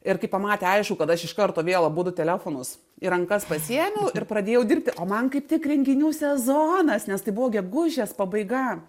ir kai pamatė aišku kad aš iš karto vėl abudu telefonus į rankas pasiėmiau ir pradėjau dirbti o man kaip tik renginių sezonas nes tai buvo gegužės pabaiga